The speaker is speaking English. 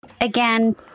again